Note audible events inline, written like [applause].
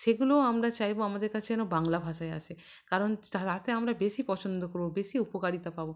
সেগুলোও আমরা চাইবো আমাদের কাছে যেন বাংলা ভাষায় আসে কারণ [unintelligible] আমরা বেশি পছন্দ করবো বেশি উপকারিতা পাবো